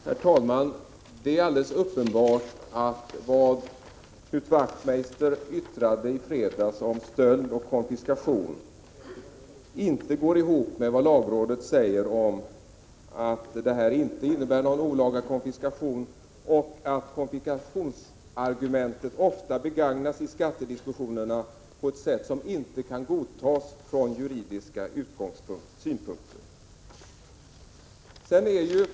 Herr talman! Det är alldeles uppenbart att det som Knut Wachtmeister i fredags yttrande om stöld och konfiskation inte går ihop med vad lagrådet säger om att detta inte innebär någon olaga konfiskation och att konfiskationsargumentet ofta begagnas i skattediskussionerna på ett sätt som inte kan godtas från juridiska synpunkter.